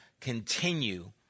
continue